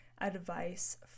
advice